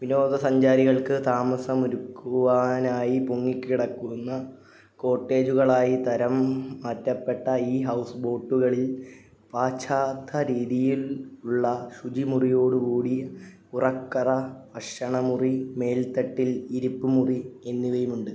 വിനോദസഞ്ചാരികൾക്ക് താമസമൊരുക്കുവാനായി പൊങ്ങിക്കിടക്കുന്ന കോട്ടേജുകളായി തരം മാറ്റപ്പെട്ട ഈ ഹൗസ്ബോട്ടുകളിൽ പാശ്ചാത്യരീതിയിൽ ഉള്ള ശുചിമുറിയോടുകൂടിയ ഉറക്കറ ഭക്ഷണ മുറി മേൽത്തട്ടിൽ ഇരിപ്പുമുറി എന്നിവയുമുണ്ട്